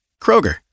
kroger